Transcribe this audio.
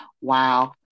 Wow